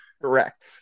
correct